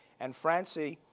and francie